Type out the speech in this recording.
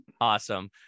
Awesome